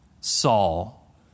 Saul